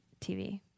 TV